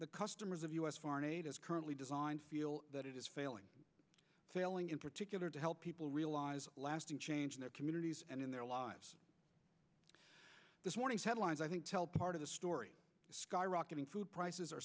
the customers of us foreign aid is currently designed feel that it is failing failing in particular to help people realize lasting change in their communities and in their lives this morning's headlines i think part of the story skyrocketing food prices are